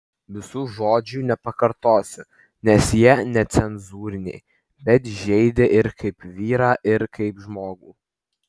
visų žodžių nepakartosiu nes jie necenzūriniai bet žeidė ir kaip vyrą ir kaip žmogų